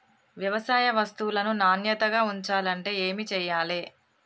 వ్యవసాయ వస్తువులను నాణ్యతగా ఉంచాలంటే ఏమి చెయ్యాలే?